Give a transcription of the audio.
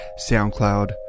SoundCloud